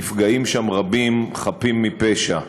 נפגעים שם רבים חפים מפשע,